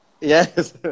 Yes